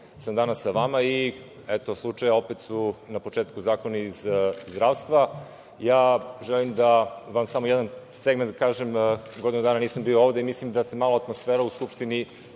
sam danas sa vama i eto slučaja, opet su na početku zakoni iz zdravstva. Želim da vam samo jedan segment kažem, godinu dana nisam bio ovde i mislim da se malo atmosfera u Skupštini,